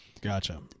Gotcha